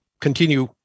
continue